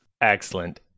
Excellent